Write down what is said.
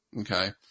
Okay